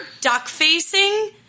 duck-facing